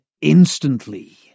instantly